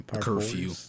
curfew